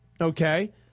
okay